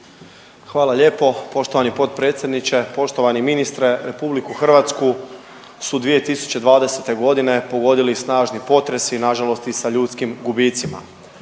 Hvala lijepo poštovani potpredsjedniče. Poštovani ministre, RH su 2020. g. pogodili snažni potresi, nažalost i sa ljudskim gubicima.